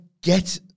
get